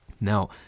Now